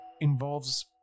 involves